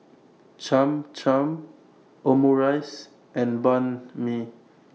Cham Cham Omurice and Banh MI